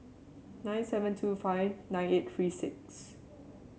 nine seven two five nine eight three six